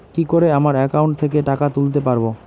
কি করে আমার একাউন্ট থেকে টাকা তুলতে পারব?